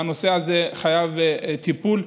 והנושא הזה חייב טיפול.